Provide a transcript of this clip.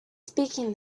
speaking